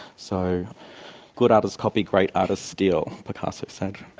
so good artists copy, great artists steal', picasso said.